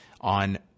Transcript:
on